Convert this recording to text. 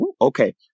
okay